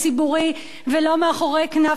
ולא מאחורי כנף פסנתר,